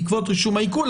בעקבות רישום העיקול.